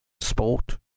sport